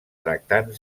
tractant